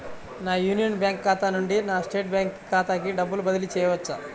నా union bank ఖాతా నుండి నా స్టేట్ బ్యాంకు ఖాతాకి డబ్బు బదిలి చేయవచ్చా?